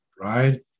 right